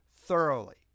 thoroughly